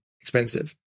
expensive